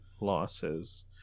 losses